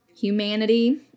humanity